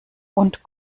und